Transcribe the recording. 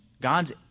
God's